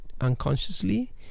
unconsciously